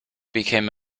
became